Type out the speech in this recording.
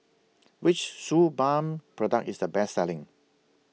Which Suu Balm Product IS The Best Selling